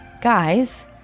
guys